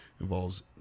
involves